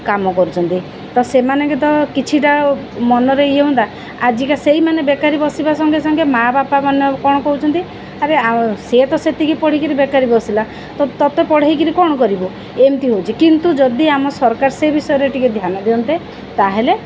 କାମ କରୁଛନ୍ତି ତ ସେମାନେଙ୍କ ତ କିଛିଟା ମନରେ ଇଏ ହୁଅନ୍ତା ଆଜିକା ସେଇମାନେ ବେକାରୀ ବସିବା ସଙ୍ଗେ ସଙ୍ଗେ ମା' ବାପା ମାନ କ'ଣ କହୁଛନ୍ତି ଆରେ ସିଏ ତ ସେତିକି ପଢ଼ି କରି ବେକାରୀ ବସିଲା ତ ତୋତେ ପଢ଼ାଇ କରି କ'ଣ କରିବୁ ଏମିତି ହେଉଛି କିନ୍ତୁ ଯଦି ଆମ ସରକାର ସେ ବିଷୟରେ ଟିକେ ଧ୍ୟାନ ଦିଅନ୍ତେ ତା'ହେଲେ